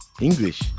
English